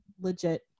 legit